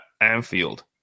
Anfield